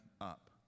up